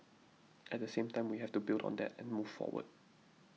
at the same time we have to build on that and move forward